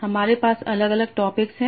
हमारे पास अलग अलग टॉपिक् हैं